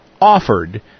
offered